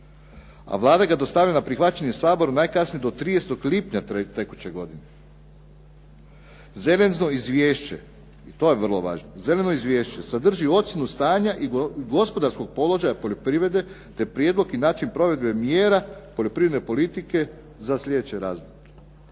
a Vlada ga dostavlja na prihvaćanje Saboru najkasnije do 30. lipnja tekuće godine. Zeleno izvješće", to je vrlo važno, "Zeleno izvješće sadrži ocjenu stanja i gospodarskog položaja poljoprivrede te prijedlog i način provedbe mjera poljoprivredne politike za slijedeće razdoblje.".